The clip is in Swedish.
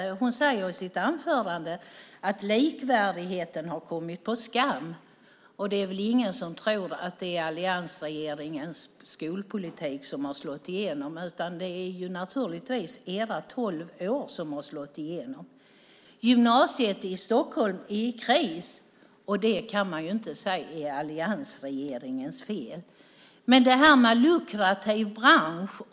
Hon säger i sitt anförande att likvärdigheten kommit på skam. Det är väl ingen som tror att det är alliansregeringens skolpolitik som slagit igenom, utan det är naturligtvis den nuvarande oppositionens tolv år som slagit igenom. Gymnasiet i Stockholm är i kris, och det kan man inte säga är alliansregeringens fel. Låt mig ta upp det som sades om en lukrativ bransch.